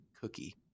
cookie